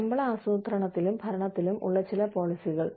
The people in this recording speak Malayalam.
ശമ്പള ആസൂത്രണത്തിലും ഭരണത്തിലും ഉള്ള ചില പോളിസികൾ